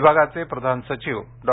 विभागाचे प्रधान सचिव डॉ